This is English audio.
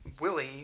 Willie